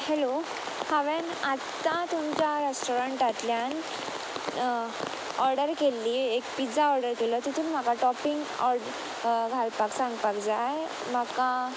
hello हांवेन आत्तां तुमच्या रेस्टोरंटांतल्यान ऑर्डर केल्ली एक पिझ्झा ऑर्डर केल्लो तितून म्हाका टॉपींग ऑर्डर घालपाक सांगपाक जाय म्हाका